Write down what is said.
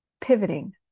pivoting